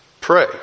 pray